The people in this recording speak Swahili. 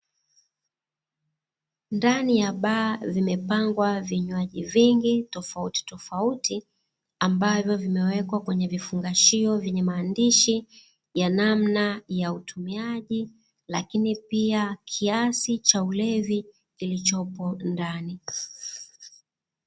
Ndani ya baa vimepangwa vinywaji vingi tofauti tofauti, ambavyo vimewekwa kwenye vifungashio vyenye maandishi ya namna ya utumiaji lakini pia, kiasi cha ulevi kilichopo ndani.